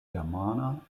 germana